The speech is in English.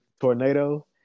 tornado